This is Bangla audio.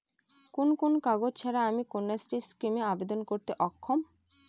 কোন কোন কাগজ ছাড়া আমি কন্যাশ্রী স্কিমে আবেদন করতে অক্ষম?